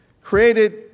created